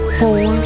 four